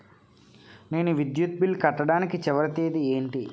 నేను విద్యుత్ బిల్లు కట్టడానికి చివరి తేదీ ఏంటి?